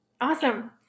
Awesome